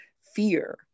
fear